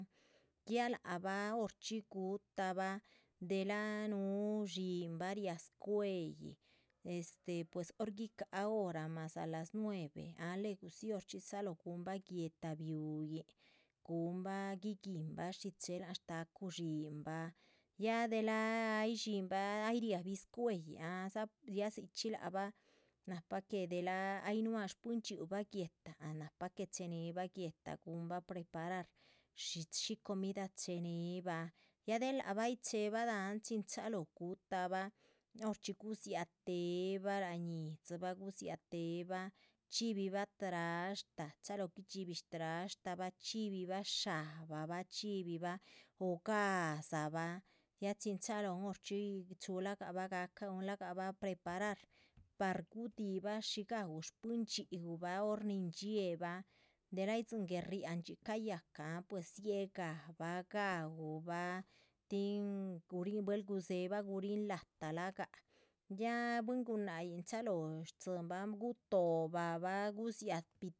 Ya lac bah horchxí guhutabah delah núhu dxihinbah riá scuehyih este pues hor gigáha hora mas a las nueve, ah luegudzi horchxí dzalóho. guhunbah guéhta bihuyihn, guhunbah guiguinbah shi chéhe láhan shtacu dxin bah ya delah ah yih dxinbah ay riabih scuehýih, ahdza ya dzichxí lac bah. nahpa que delah ay núaha shpwín dxhíbah guéhta, ah nahpa que chenéhbah guéhta guhunbah preparar, shi comida chehe nehbah ya del lacbah ay chéhebah dahán. chin chalóho guhutabah horchxí gudziaha tehebah ´láhan yíhdzibah gudziáha tehe bah chxíbi bah trashtah, chalóho guihdxi bih strashtabah chxíbibah shá bah bah. chxíbi bah o ga´dza bah ya chin chalóhon horchxí chuhulagabah gahcabah guhunla gabah preparar par gudihiba shi gaú shpwín dxhíbah hor nin dxiébah del ay tzín guel. riáhan dxi cayahcah ah pues dziehgah bah gaúbah, tin gurihn del gudzébah gurín lahta lahga ya bwín gunáhc yin chalóho stzíbah gutohobah bah gudziatih.